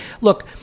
look